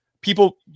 people